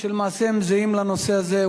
שלמעשה הם זהים לנושא הזה.